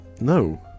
No